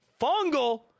Fungal